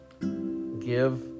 Give